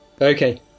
okay